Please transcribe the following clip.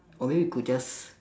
or maybe we could just